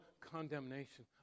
condemnation